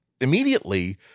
Immediately